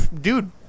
Dude